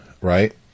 right